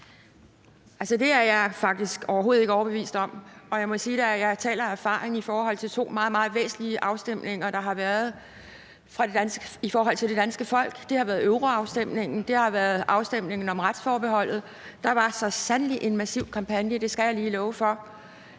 det er jeg faktisk overhovedet ikke overbevist om, og jeg må sige, at jeg taler af erfaring i forhold til to meget, meget væsentlige afstemninger, der har været, i forhold til det danske folk. Det har været euroafstemningen, og det har været afstemningen om retsforbeholdet. Der var så sandelig en massiv kampagne, skal jeg lige love for,